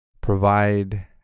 provide